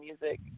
music